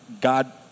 God